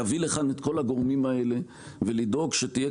להביא לכאן את כל הגורמים האלה ולדאוג שתהיה